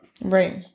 Right